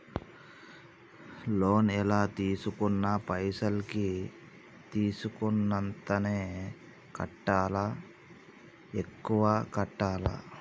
Loan లా తీస్కున్న పైసల్ కి తీస్కున్నంతనే కట్టాలా? ఎక్కువ కట్టాలా?